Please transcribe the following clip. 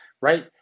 right